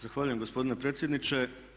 Zahvaljujem gospodine predsjedniče.